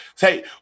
Hey